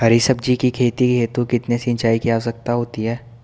हरी सब्जी की खेती हेतु कितने सिंचाई की आवश्यकता होती है?